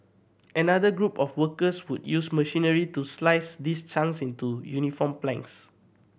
another group of workers would use machinery to slice these chunks into uniform planks